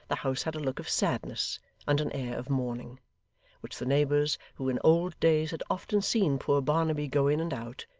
the house had a look of sadness and an air of mourning which the neighbours, who in old days had often seen poor barnaby go in and out,